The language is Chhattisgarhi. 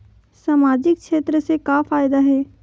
सामजिक क्षेत्र से का फ़ायदा हे?